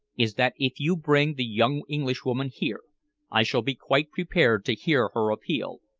is that if you bring the young englishwoman here i shall be quite prepared to hear her appeal.